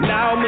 Now